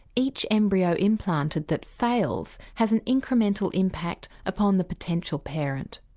each embryo implanted that fails has an incremental impact upon the potential parent.